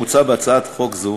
מוצע בהצעת חוק זו,